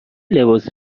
لباس